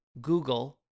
Google